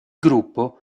gruppo